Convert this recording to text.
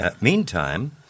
Meantime